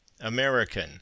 American